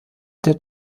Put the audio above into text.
der